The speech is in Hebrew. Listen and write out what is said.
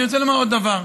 אני רוצה לומר עוד דבר: